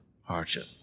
hardship